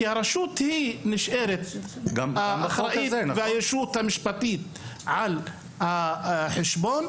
כי הרשות נשארת הישות המשפטית שאחראית על החשבון.